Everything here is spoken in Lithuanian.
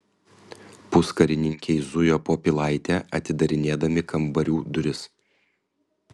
puskarininkiai zujo po pilaitę atidarinėdami kambarių duris